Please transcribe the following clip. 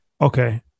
okay